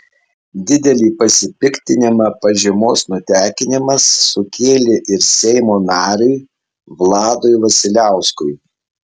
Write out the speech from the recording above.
didelį pasipiktinimą pažymos nutekinimas sukėlė ir seimo nariui vladui vasiliauskui